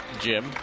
Jim